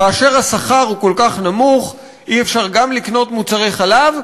כאשר השכר הוא כל כך נמוך אי-אפשר גם לקנות מוצרי חלב,